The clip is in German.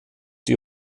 die